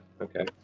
okay